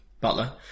Butler